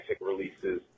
releases